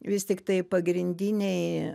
vis tiktai pagrindiniai